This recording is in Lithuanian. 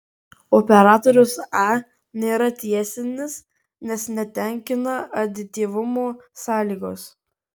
operatorius a nėra tiesinis nes netenkina adityvumo sąlygos